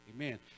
Amen